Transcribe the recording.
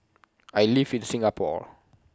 I live in Singapore